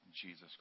Jesus